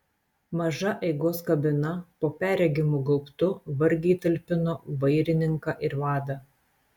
maža eigos kabina po perregimu gaubtu vargiai talpino vairininką ir vadą